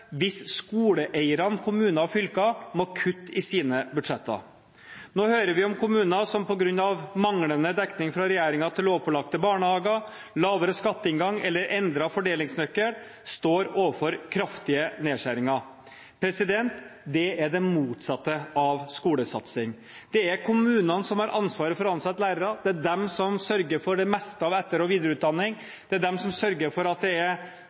hvis skoleeierne, kommuner og fylker, må kutte i sine budsjetter. Nå hører vi om kommuner som på grunn av manglende dekning fra regjeringen til lovpålagte barnehager, lavere skatteinngang eller endret fordelingsnøkkel står overfor kraftige nedskjæringer. Det er det motsatte av skolesatsing. Det er kommunene som har ansvaret for å ansette lærere. Det er de som sørger for det meste av etter- og videreutdanning. Det er de som sørger for at det er